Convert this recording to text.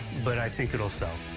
but i think it'll sell.